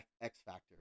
X-factor